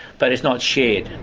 but it's not shared.